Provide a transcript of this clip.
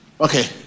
Okay